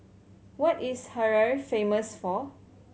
what is Harare famous for